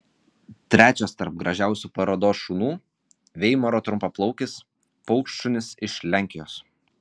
trečias tarp gražiausių parodos šunų veimaro trumpaplaukis paukštšunis iš lenkijos